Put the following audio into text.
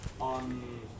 on